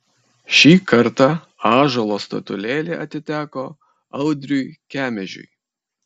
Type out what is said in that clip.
šį kartą ąžuolo statulėlė atiteko audriui kemežiui